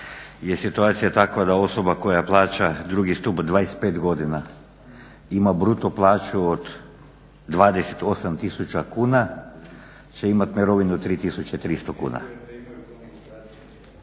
je situacija takva da osoba koja plaća drugi stup 25 godina i ima bruto plaću od 28 tisuća kuna će imati mirovinu 3300 kuna.